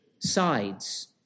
sides